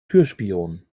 türspion